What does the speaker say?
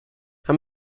how